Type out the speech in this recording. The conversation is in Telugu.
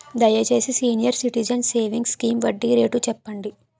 దయచేసి సీనియర్ సిటిజన్స్ సేవింగ్స్ స్కీమ్ వడ్డీ రేటు చెప్పండి